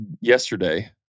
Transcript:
yesterday